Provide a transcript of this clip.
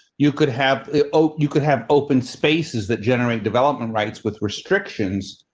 you could have ah oh, you could have open spaces that generate development rights with restrictions.